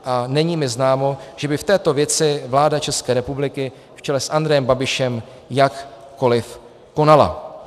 A není mi známo, že by v této věci vláda České republiky v čele s Andrejem Babišem jakkoli konala.